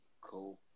cool